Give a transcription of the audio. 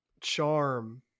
charm